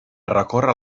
recórrer